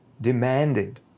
demanded